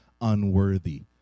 unworthy